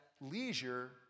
leisure